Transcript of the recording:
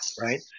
right